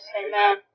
amen